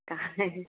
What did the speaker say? का